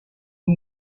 who